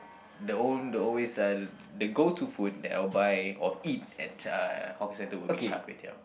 the own the always sell the go-to food that I'll buy or eat at uh hawker-centre would be Char-Kway-Teow